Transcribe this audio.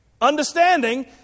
understanding